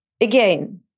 Again